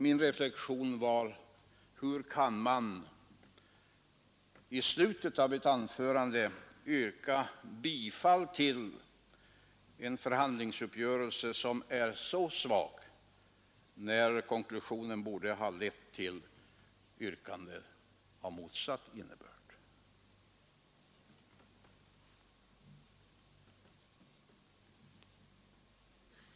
Min reflexion var: Hur kan man i slutet av ett anförande yrka bifall till en förhandlingsuppgörelse som är så svag, när konklusionen borde ha lett till yrkande av motsatt innebörd?